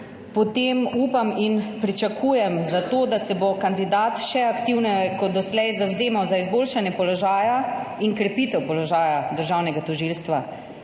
Upam in pričakujem, da se bo kandidat še aktivneje kot doslej zavzemal za izboljšanje položaja in krepitev položaja državnega tožilstva.